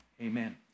amen